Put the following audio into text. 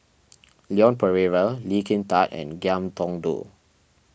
Leon Perera Lee Kin Tat and Ngiam Tong Dow